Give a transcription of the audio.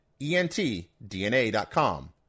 entdna.com